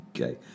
okay